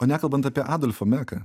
o nekalbant apie adolfą meką